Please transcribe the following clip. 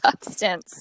substance